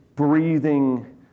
breathing